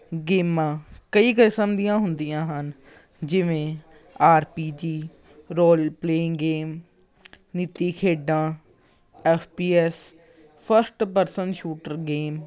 ਗੇਮਾਂ ਕਈ ਕਿਸਮ ਦੀਆਂ ਹੁੰਦੀਆਂ ਹਨ ਜਿਵੇਂ R P G role playing game ਨੀਤੀ ਖੇਡਾਂ F P S first person shooter game